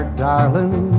darling